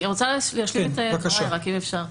אני רוצה להשלים את דבריי, אם אפשר.